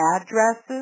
addresses